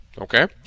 okay